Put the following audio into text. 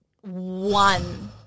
one